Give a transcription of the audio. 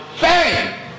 bang